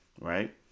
right